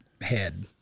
head